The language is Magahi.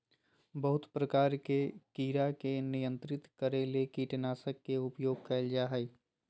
बहुत प्रकार के कीड़ा के नियंत्रित करे ले कीटनाशक के उपयोग कयल जा हइ